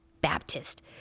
Baptist